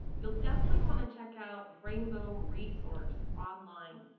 you'll definitely want to check out rainbow resource online.